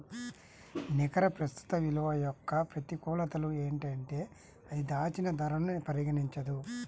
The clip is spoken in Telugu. నికర ప్రస్తుత విలువ యొక్క ప్రతికూలతలు ఏంటంటే అది దాచిన ధరను పరిగణించదు